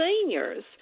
seniors